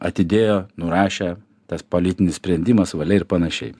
atidėjo nurašė tas politinis sprendimas valia ir panašiai